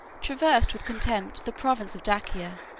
traversed with contempt the province of dacia,